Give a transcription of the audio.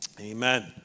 amen